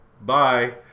bye